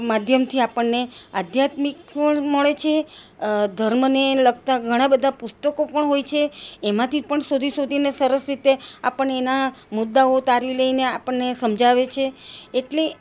માધ્યમથી આપણને આધ્યાતમિક પણ મળે છે ધર્મને લગતા ઘણાબધા પુસ્તકો પણ હોય છે એમાંથી પણ શોધી શોધીને સરસ રીતે આપણને એના મુદ્દાઓ તારવી લઈને આપણને એ સમજાવે છે એટલે